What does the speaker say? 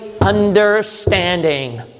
understanding